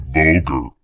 vulgar